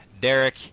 Derek